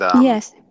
Yes